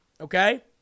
Okay